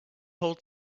whole